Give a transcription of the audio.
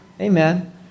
Amen